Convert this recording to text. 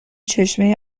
چشمه